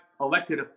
elected